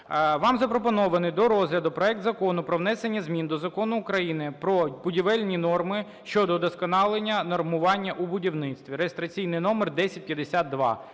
Вам запропонований до розгляду проект Закону про внесення змін до Закону України "Про будівельні норми" щодо удосконалення нормування у будівництві (реєстраційний номер 1052)